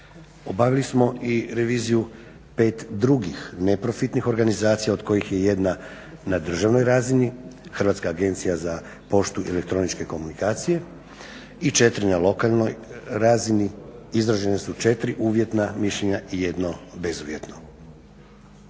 Obavili smo i reviziju 5 drugih neprofitnih organizacija od kojih je jedna na državnoj razini, Hrvatska agencija za poštu i elektroničke komunikacije, i 4 na lokalnoj razini. Izražena su 4 uvjetna mišljenja i 1 bezuvjetno.